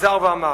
חזר ואמר: